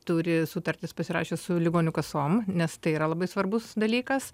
turi sutartis pasirašęs su ligonių kasom nes tai yra labai svarbus dalykas